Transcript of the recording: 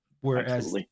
whereas